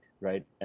right